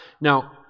Now